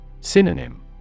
Synonym